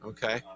Okay